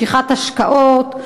משיכת השקעות,